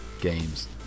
games